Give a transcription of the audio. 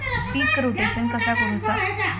पीक rotation कसा करूचा?